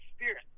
spirit